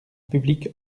public